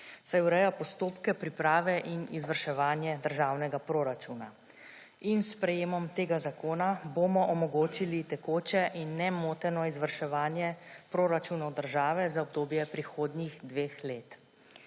saj ureja postopke priprave in izvrševanja državnega proračuna. S sprejetjem tega zakona bomo omogočili tekoče in nemoteno izvrševanje proračunov države za obdobje prihodnjih dveh let.